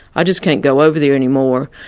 i just can't go over there any more.